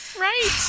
Right